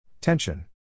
Tension